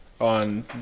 on